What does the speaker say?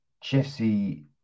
Jesse